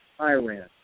Iran